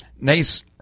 nice